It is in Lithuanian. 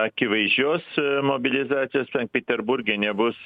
akivaizdžios mobilizacijos sankt peterburge nebus